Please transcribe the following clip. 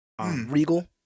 Regal